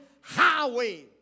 highway